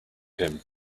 him